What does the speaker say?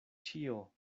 ĉio